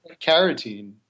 carotene